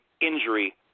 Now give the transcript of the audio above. injury